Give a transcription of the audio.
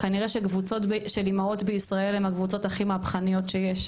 כנראה קבוצות של אימהות בישראל הן הקבוצות הכי מהפכניות שיש,